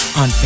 on